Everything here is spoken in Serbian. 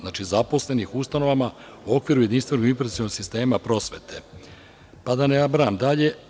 Znači, zaposleni u ustanovama u okviru jedinstvenog impresivnog sistema prosvete, pa, da ne nabrajam dalje.